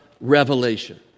revelation